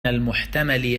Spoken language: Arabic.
المحتمل